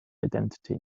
identity